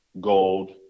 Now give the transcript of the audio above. gold